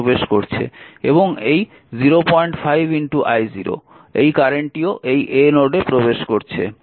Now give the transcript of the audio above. এবং এই 05i0 এই কারেন্টটিও এই a নোডে প্রবেশ করছে